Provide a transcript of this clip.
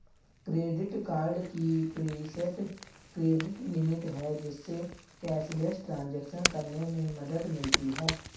credit card की preset credit limit है, जिससे कैशलेस ट्रांज़ैक्शन करने में मदद मिलती है